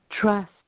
Trust